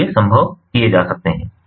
तो ये संभव किए जा सकते हैं